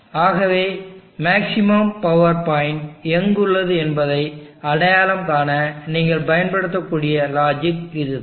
ஆகவே maximum power point எங்குள்ளது என்பதை அடையாளம் காண நீங்கள் பயன்படுத்தக்கூடிய லாஜிக் இதுதான்